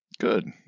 Good